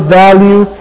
value